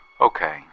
Okay